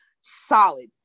solid